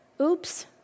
Oops